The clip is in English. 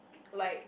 like